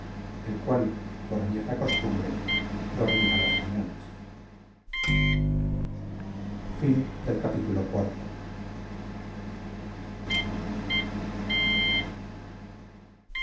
el cual por añeja costumbre dormía las mañanas